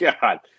God